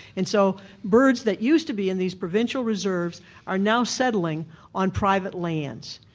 and so birds that used to be in these provincial reserves are now settling on private lands,